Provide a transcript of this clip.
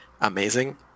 amazing